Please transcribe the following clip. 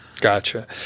Gotcha